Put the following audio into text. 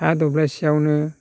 हा दब्लायसेयावनो